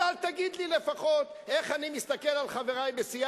אז אל תגיד לי לפחות איך אני מסתכל על חברי בסיעה,